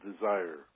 desire